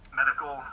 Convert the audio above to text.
medical